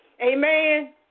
amen